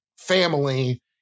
Family